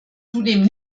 zudem